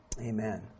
amen